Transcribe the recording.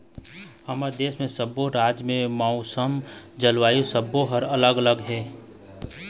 हमर देश म सब्बो राज के मउसम, जलवायु सब्बो ह अलग अलग हे